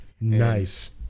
Nice